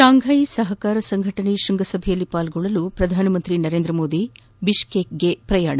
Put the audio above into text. Shanghai ಸಹಕಾರ ಸಂಘಟನೆ ಶ್ವಂಗಸಭೆಯಲ್ಲಿ ಪಾಲ್ಲೊಳ್ಳಲು ಪ್ರಧಾನಮಂತ್ರಿ ನರೇಂದ್ರ ಮೋದಿ ಬಿಷ್ಕೇಕ್ಗೆ ಪ್ರಯಾಣ